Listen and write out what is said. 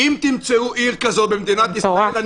אם תמצאו עיר כזאת במדינת ישראל,